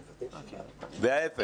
וההיפך.